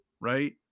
right